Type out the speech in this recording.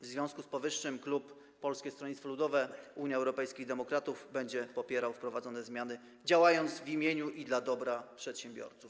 W związku z powyższym klub Polskiego Stronnictwa Ludowego - Unii Europejskich Demokratów będzie popierał wprowadzane zmiany, działając w imieniu i dla dobra przedsiębiorców.